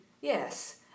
Yes